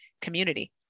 community